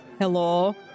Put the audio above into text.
hello